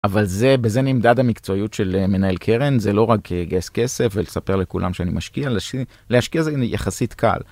אבל זה בזה נמדד המקצועיות של מנהל קרן זה לא רק לגייס כסף ולספר לכולם שאני משקיע, להשקיע זה יחסית קל.